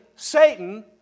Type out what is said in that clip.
Satan